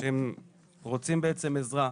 שהם רוצים בעצם עזרה.